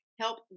help